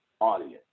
audience